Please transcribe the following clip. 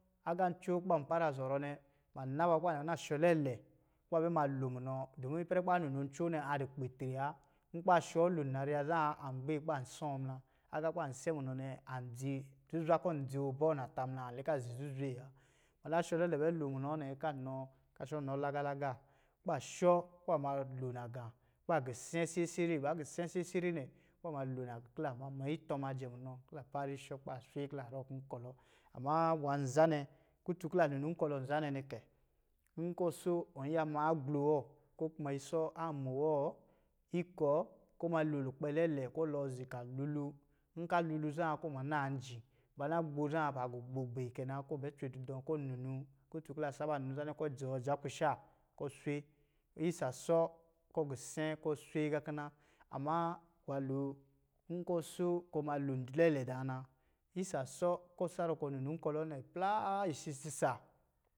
Agɔ̄ ncōō kɔ̄ ban fara zɔrɔ nɛ, ban naba kɔ̄ ba na shɔ lɛlɛ kɔ̄ ba bɛ ma lo munɔ. Domi ncōō kɔ̄ ba nununcōō nɛ a dɔ̄ kpiitri wa. Nkɔ̄ ba shɔ lo nnariya zā an gbii kɔ̄ ba sɔ̄ɔ̄ muna, an dzi zuzwa kɔ̄ an dzoo bɔɔ nata muna. Ba na shɔ lɛlɛ bɛ lo munɔ nɛ kɔ̄ a nɔ kɔ̄ a sɔ nɔ laga- laga kɔ̄ ba shɔ kɔ̄ ba ma lo nagā ba gisɛ̄ sesere ba gisɛ̄ sesere nɛ, kɔ̄ ba ma lo nagā kɔ̄ la ma nɔ itɔ̄ ma jɛ munɔ la fara amaa nwā nzanɛ, kutun kɔ̄ la nunu nkɔlɔ nzanɛ nɛ kɛ. Nkɔ̄ ɔ so ɔn yiya ma aglo wɔ, ko kuma isɔ a amo wɔ, ikɔ, kɔ̄ ɔma lo lukpɛ lɛlɛ kɔ̄ ɔ lɔɔ zi kɔ̄ a lulu, nkɔ̄ a lulu zā kɔ̄ ɔ ma naa nji, ba na gbo zā ban gigbo gbee kɛ na kɔ̄ ɔ cwe dudɔ̄ kɔ̄ ɔ nunu kutun. La saba nunu nɛ kɔ̄ ɔ jɔɔ dza kpisha kɔ̄ ɔ swe, isa sɔ kɔ̄ ɔ gisɛ̄ kɔ̄ ɔ swe gā kɔ̄ na. Ama nwa lo nkɔ̄ ɔ so kɔ̄ ɔ ma lo nlɛlɛ dāā na, isa sɔ kɔ̄ ɔ sarɔ kɔ̄ ɔ nunu nkɔɔ nɛ plaa isisi sa.